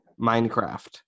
minecraft